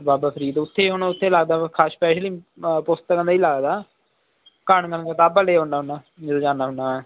ਬਾਬਾ ਫਰੀਦ ਉੱਥੇ ਹੁਣ ਉੱਥੇ ਲੱਗਦਾ ਖਾਸ ਸਪੈਸ਼ਲ ਪੁਸਤਕਾਂ ਦਾ ਹੀ ਲੱਗਦਾ ਭਲੇ ਆਉਂਦਾ ਹੁੰਦਾ ਮਿਲ ਜਾਂਦਾ ਹੁੰਦਾ